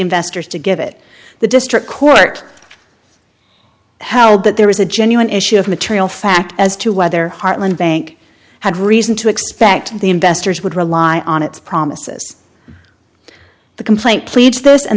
investors to give it the district court held that there is a genuine issue of material fact as to whether heartland bank had reason to expect the investors would rely on its promises the complaint pleads this and